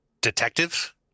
detective